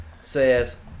says